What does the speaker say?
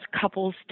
couples